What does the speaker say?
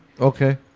Okay